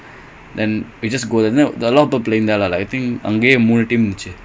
okay